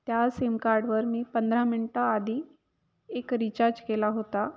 त्या सिमकार्डवर मी पंधरा मिनटं आधी एक रिचार्ज केला होता